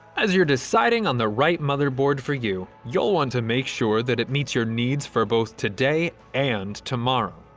as you're deciding on the right motherboard for you, you'll want to make sure that it meets your needs for both today and tomorrow.